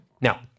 Now